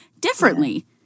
differently